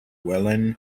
rhys